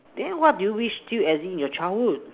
then what do you wish still exist in your childhood